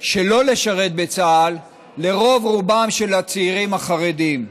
שלא לשרת בצה"ל לרוב-רובם של הצעירים החרדים.